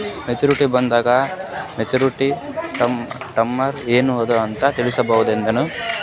Savings bond maturity term ಏನ ಅದ ಅಂತ ತಿಳಸಬಹುದೇನು?